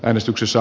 äänestyksessä